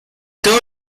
todos